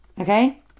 Okay